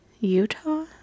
utah